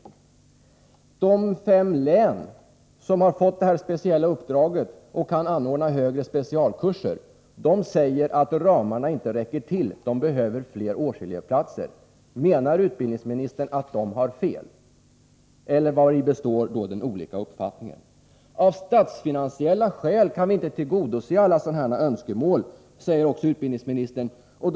Från de fem län som har fått det här speciella uppdraget och som kan anordna högre specialkurser förklaras att ramarna inte räcker till; de behöver fler årselevplatser. Menar utbildningsministern att de har fel, eller vari består de olika uppfattningarna? Av statsfinansiella skäl kan vi inte tillgodose alla sådana här önskemål, säger utbildningsministern vidare.